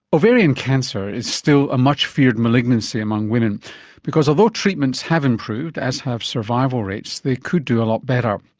ovarian cancer is still a much feared malignancy among women because although treatments have improved, as have survival rates, they could do a lot better.